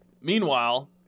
Meanwhile